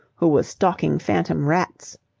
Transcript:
who was stalking phantom rats.